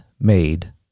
made